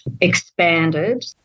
expanded